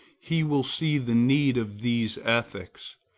he will see the need of these ethics.